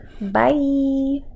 bye